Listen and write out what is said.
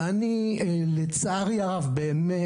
ואני לצערי הרב באמת,